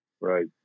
right